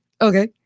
Okay